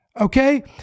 Okay